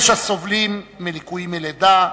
יש הסובלים מליקויים מלידה,